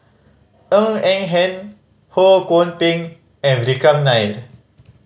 Ng Eng Hen Ho Kwon Ping and Vikram Nair